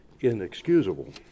inexcusable